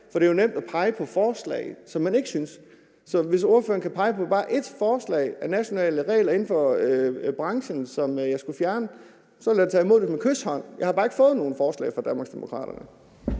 for det er jo nemt at pege på forslag, som man ikke synes om. Så hvis ordføreren kan pege på bare ét forslag af nationale regler inden for branchen, som jeg skal fjerne, vil jeg tage imod det med kyshånd; jeg har bare ikke fået nogen forslag fra Danmarksdemokraterne.